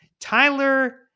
Tyler